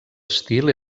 estil